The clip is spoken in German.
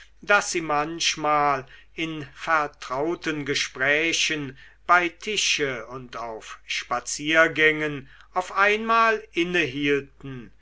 daß sie manchmal in vertrauten gesprächen bei tische und auf spaziergängen auf einmal